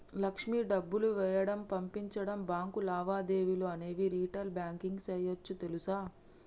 లక్ష్మి డబ్బులు వేయడం, పంపించడం, బాంకు లావాదేవీలు అనేవి రిటైల్ బాంకింగ్ సేయోచ్చు తెలుసా